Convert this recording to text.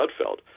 Sudfeld